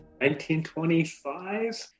1925